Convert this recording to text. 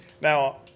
Now